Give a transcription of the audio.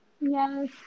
Yes